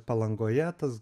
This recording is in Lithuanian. palangoje tas